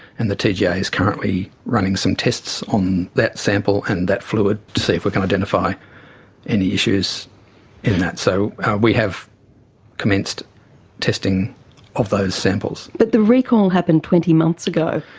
and the tga yeah is currently running some tests on that sample and that fluid to see if we can identify any issues in that. so we have commenced testing of those samples. but the recall happened twenty months ago.